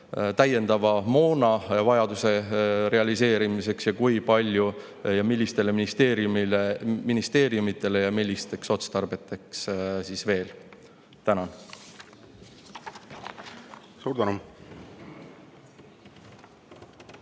täiendava moona vajaduse realiseerimiseks ning kui palju millistele ministeeriumidele ja millisteks otstarveteks veel. Tänan! Rohkem